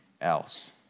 else